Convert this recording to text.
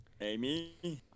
Amy